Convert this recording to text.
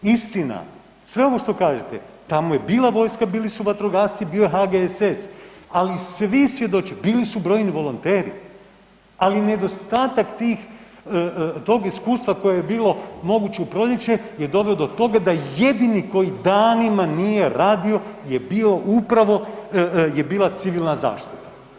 Istina, sve ovo što kažete tamo je bila vojska, bili su vatrogasci, bio je HGSS, ali svi svjedoče, bili su brojni volonteri, ali nedostatak tog iskustva koje je bilo moguće u proljeće je dovelo do toga da jedini koji danima nije radio je bio upravo, je bila civilna zaštita.